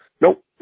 Nope